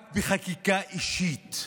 רק בחקיקה אישית.